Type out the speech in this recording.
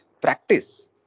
practice